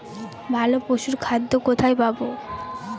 ভালো পশুর খাদ্য কোথায় পাবো?